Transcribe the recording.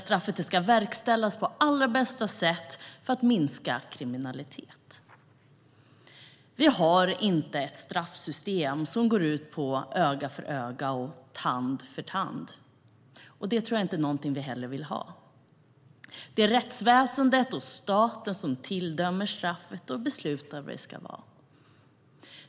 Straffet ska verkställas på allra bästa sätt för att minska kriminalitet. Vi har inte ett straffsystem som grundar sig på principen öga för öga, tand för tand. Det tror jag inte heller är någonting vi vill ha. Det är rättsväsendet och staten som tilldömer straffet och beslutar vad det ska vara.